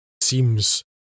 seems